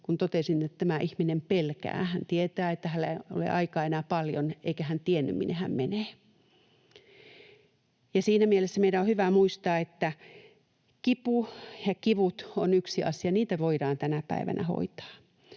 kun totesin, että tämä ihminen pelkää. Hän tietää, että hänellä ei ole aikaa enää paljon, eikä hän tiennyt, minne hän menee. Siinä mielessä meidän on hyvä muistaa, että kivut ovat yksi asia ja niitä voidaan tänä päivänä hoitaa.